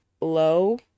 low